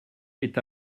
est